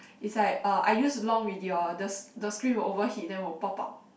it's like uh I use so long already orh the the screen will overheat then will pop out